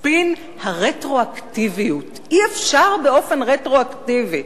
ספין הרטרואקטיביות: הטענה שאי-אפשר לחוקק באופן רטרואקטיבי.